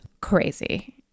crazy